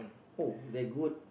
oh that good